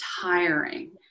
tiring